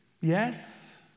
Yes